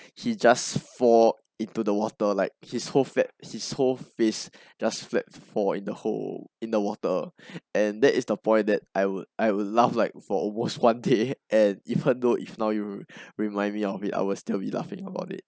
he just fall into the water like his whole fat his whole face just flat fall in the hole in the water and that is point that I would I will laugh like for almost one day and even though if now you remind me out of it I will still be laughing about it